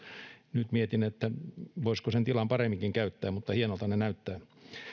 nyt mietin voisiko sen tilan paremminkin käyttää mutta hienolta ne näyttävät